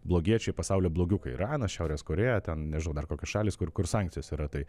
blogiečiai pasaulio blogiukai iranas šiaurės korėja ten nežinau dar kokios šalys kur kur sankcijos yra tai